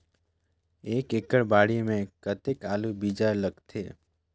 एक एकड़ बाड़ी मे कतेक आलू बीजा लगथे?